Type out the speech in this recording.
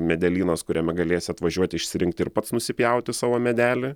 medelynas kuriame galėsi atvažiuoti išsirinkti ir pats nusipjauti savo medelį